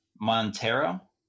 Montero